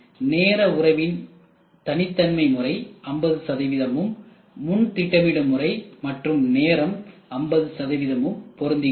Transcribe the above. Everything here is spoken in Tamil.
நேர உறவின்தனித்தன்மை முறை 50 சதவீதமும் முன் திட்டமிடும் முறை மற்றும் நேரம் 50 சதவீதமும் பொருந்துகிறது